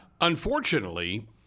unfortunately